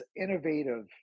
innovative